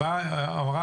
אמרה